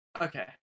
Okay